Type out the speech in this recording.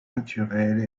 naturels